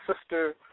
sister